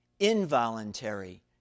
involuntary